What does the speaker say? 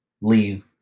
leave